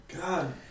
God